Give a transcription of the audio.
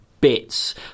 bits